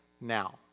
now